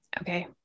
Okay